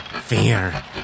Fear